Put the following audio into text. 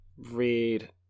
Read